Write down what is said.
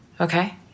okay